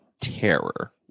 terror